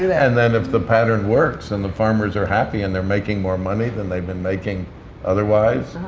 and then if the pattern works, and the farmers are happy, and they're making more money than they've been making otherwise,